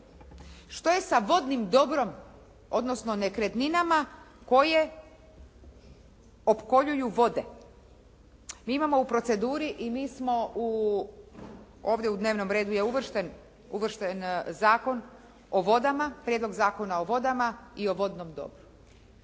Što je sa vodnim dobrom, odnosno nekretninama koje opkoljuju vode? Mi imamo u proceduri i mi smo u, ovdje u dnevnom redu je uvršten Zakon o vodama, Prijedlog Zakona o vodama i o vodnom dobru.